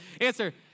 answer